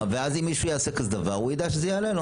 ואז אם מישהו יעשה כזה דבר הוא יידע שזה יעלה לו.